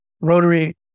Rotary